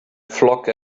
flock